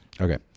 Okay